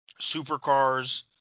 Supercars